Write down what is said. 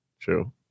True